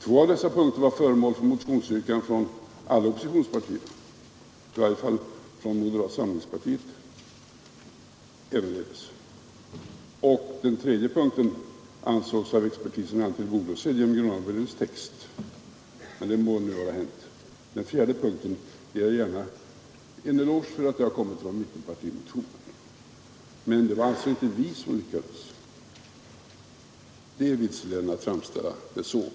Två av dessa punkter var föremål för motionsyrkanden från alla oppositionspartier, i varje fall från moderata samlingspartiet ävenledes, och den tredje punkten ansågs av expertisen redan vara tillgodosedd genom grundlagberedningens text. Men det må nu vara hänt. Vad beträffar den fjärde punkten vill jag gärna ge en eloge till mittenpartierna för att den har kommit från mittenpartierna. Men det var alltså inte ”vi” som lyckades. Det är vilseledande att framställa det så.